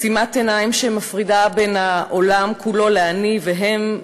עצימת עיניים שמפרידה את העולם כולו לאני והם,